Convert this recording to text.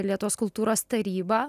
lietuvos kultūros taryba